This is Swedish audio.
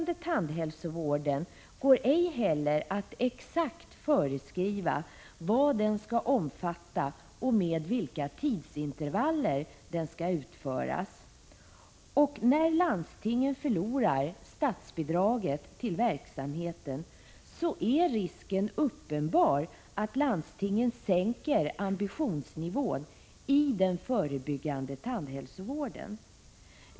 Det går ej heller att exakt föreskriva vad den förebyggande tandhälsovården skall omfatta och med vilka tidsintervaller den skall utföras. När landstingen förlorar statsbidraget till verksamheten är risken uppenbar att landstingen sänker ambitionsnivån i den förebyggande tandhälsovården.